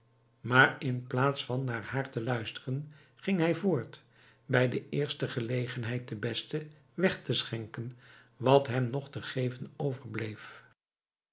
maar in plaats van naar haar te luisteren ging hij voort bij de eerste gelegenheid de beste weg te schenken wat hem nog te geven overbleef